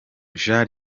jean